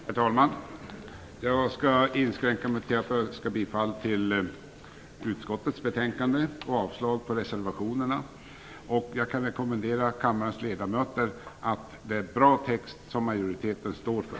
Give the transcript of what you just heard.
Herr talman! Jag skall inskränka mig till att yrka bifall till hemställan i utskottets betänkande och avslag på reservationerna. Jag kan rekommendera texten för kammarens ledamöter. Det är en bra text som majoriteten står för.